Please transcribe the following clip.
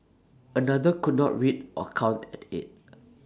another could not read or count at eight